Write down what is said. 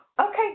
Okay